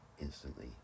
instantly